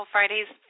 Friday's